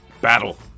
battle